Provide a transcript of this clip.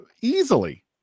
easily